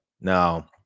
now